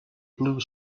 blue